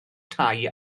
tai